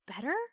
better